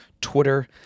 Twitter